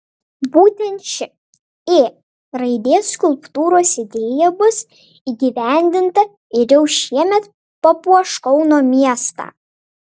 būtent ši ė raidės skulptūros idėja bus įgyvendinta ir jau šiemet papuoš kauno miestą